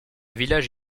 village